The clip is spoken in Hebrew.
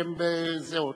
שהן זהות?